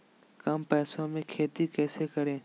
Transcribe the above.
कम पैसों में खेती कैसे करें?